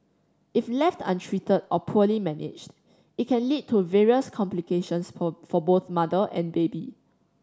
if left untreated or poorly managed it can lead to various complications for for both mother and baby